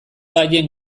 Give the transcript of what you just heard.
haien